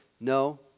No